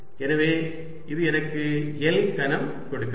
எனவே இது எனக்கு L கனம் கொடுக்கிறது